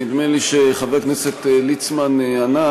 נדמה לי שחבר הכנסת ליצמן ענה,